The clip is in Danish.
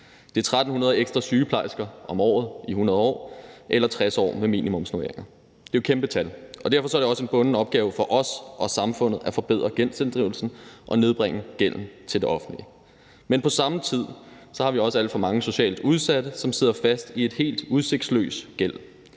Det er 1.300 ekstra sygeplejersker om året i 100 år eller 60 år med minimumsnormeringer. Det er jo kæmpe tal. Og derfor er det også en bunden opgave for os og samfundet at forbedre gældsinddrivelsen og nedbringe gælden til det offentlige. Men på samme tid har vi også alt for mange socialt udsatte, som sidder fast i en helt udsigtsløs gæld.